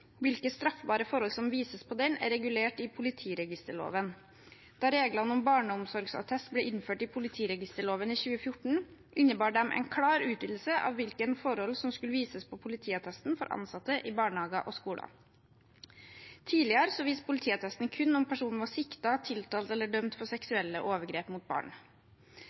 Hvilke straffbare forhold som vises på den, er regulert i politiregisterloven. Da reglene om barneomsorgsattest ble innført i politiregisterloven i 2014, innebar de en klar utvidelse av hvilke forhold som skulle vises på politiattesten for ansatte i barnehager og skoler. Tidligere viste politiattesten kun om personen var siktet, tiltalt eller dømt for seksuelle overgrep mot barn.